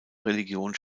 religion